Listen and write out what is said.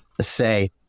say